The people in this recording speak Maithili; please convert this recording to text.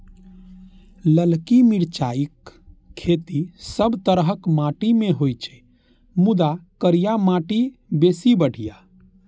ललकी मिरचाइक खेती सब तरहक माटि मे होइ छै, मुदा करिया माटि बेसी बढ़िया